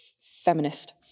feminist